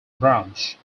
branch